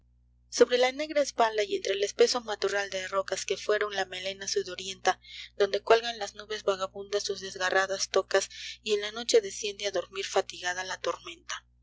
sobre la negra espalda y entre el espeso matorral de rocas que fueron la melena sudorienta donde cuelgan las nubes vagabundas sus desgarradas tocas y en la noche desciende a dormir fatigada la tormenta